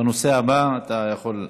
בנושא הבא אתה יכול.